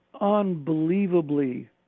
unbelievably